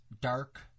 dark